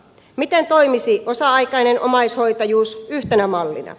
miten toimisi osa aikainen omaishoitajuus yhtenä mallina